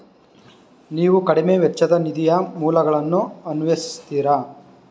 ನೀವು ಕಡಿಮೆ ವೆಚ್ಚದ ನಿಧಿಯ ಮೂಲಗಳನ್ನು ಅನ್ವೇಷಿಸಿದ್ದೀರಾ?